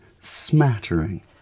smattering